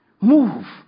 Move